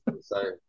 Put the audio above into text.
Sorry